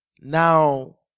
Now